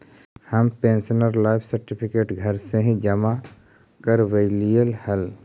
हम pensioner life certificate घर से ही जमा करवइलिअइ हल